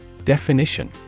Definition